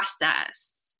process